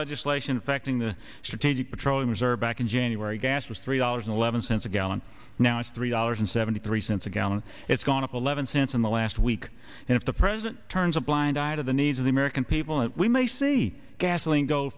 legislation affecting the strategic petroleum reserve back in january gas was three dollars eleven cents a gallon now it's three dollars and seventy three cents a gallon it's gone of eleven cents in the last week and if the president turns a blind eye to the needs of the american people and we may see gasoline go